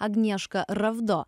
agnieška ravdo